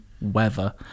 weather